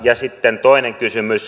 ja sitten toinen kysymys